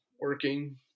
Working